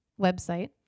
website